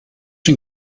den